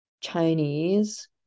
Chinese